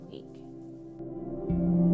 week